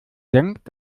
senkt